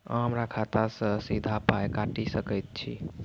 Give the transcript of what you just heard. अहॉ हमरा खाता सअ सीधा पाय काटि सकैत छी?